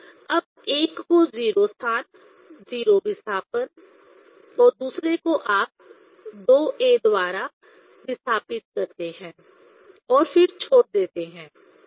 तो अब एक को 0 स्थान 0 विस्थापन और दूसरे को आप 2 a द्वारा विस्थापित करते हैं और फिर छोड़ देते हैं